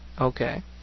Okay